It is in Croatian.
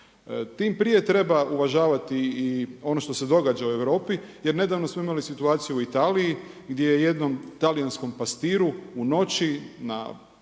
Tim prije treba uvažavati i ono što se događa u Europi jer nedavno smo imali situaciju u Italiji gdje je jednom talijanskom pastiru u noći na